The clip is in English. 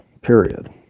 period